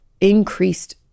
increased